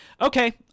okay